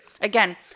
again